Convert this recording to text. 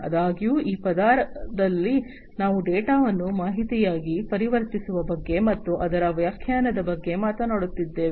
ಆದಾಗ್ಯೂ ಈ ಪದರದಲ್ಲಿ ನಾವು ಡೇಟಾವನ್ನು ಮಾಹಿತಿಯಾಗಿ ಪರಿವರ್ತಿಸುವ ಬಗ್ಗೆ ಮತ್ತು ಅದರ ವ್ಯಾಖ್ಯಾನದ ಬಗ್ಗೆ ಮಾತನಾಡುತ್ತಿದ್ದೇವೆ